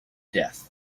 death